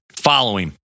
following